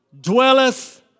dwelleth